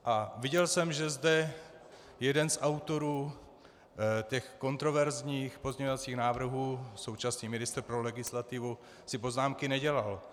A viděl jsem, že zde jeden z autorů těch kontroverzních pozměňovacích návrhů, současný ministr pro legislativu, si poznámky nedělal.